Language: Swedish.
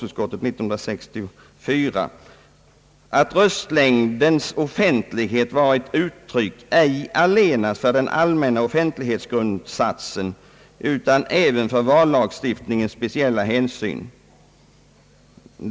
Utskottet framhöll »att röstlängdens offentlighet var ett uttryck ej allenast för den allmänna offentlighetsgrundsatsen utan även för vallagstiftningens speciella hänsyn.